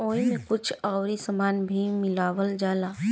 ओइमे कुछ अउरी सामान भी मिलावल जाला